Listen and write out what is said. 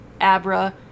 Abra